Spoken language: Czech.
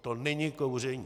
To není kouření.